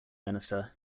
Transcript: minister